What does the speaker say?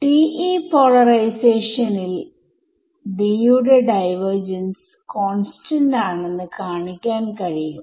ഇവിടെ ഒരുപാട് ടെർമുകൾ ക്യാൻസൽ ആയിപോവുന്നത് നമുക്ക് കാണാൻ കഴിയും